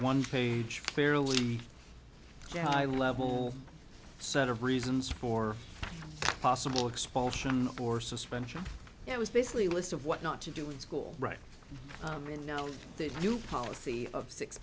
one page fairly high level set of reasons for possible expulsion or suspension it was basically a list of what not to do in school right i'm in no new policy of six